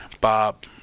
bob